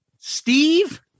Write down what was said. Steve